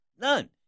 None